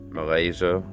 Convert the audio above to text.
Malaysia